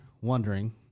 wondering